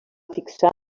fixar